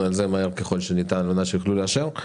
על זה מהר ככל הניתן כדי שיוכלו לאשר.